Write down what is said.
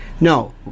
No